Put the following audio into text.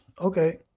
Okay